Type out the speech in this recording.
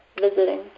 visiting